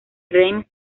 reims